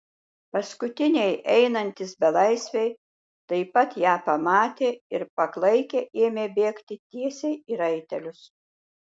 paskutiniai einantys belaisviai taip pat ją pamatė ir paklaikę ėmė bėgti tiesiai į raitelius